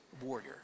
warrior